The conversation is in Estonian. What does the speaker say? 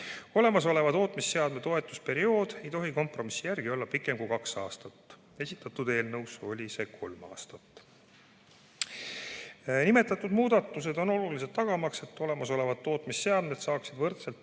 olemasoleva tootmisseadme toetamise periood ei tohi kompromissi järgi olla pikem kui kaks aastat. Esitatud eelnõus oli see kolm aastat. Nimetatud muudatused on olulised, tagamaks, et olemasolevad tootmisseadmed saaksid võrdselt